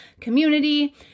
community